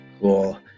Cool